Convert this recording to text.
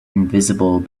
invisible